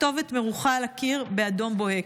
הכתובת מרוחה על הקיר באדום בוהק.